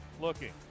Looking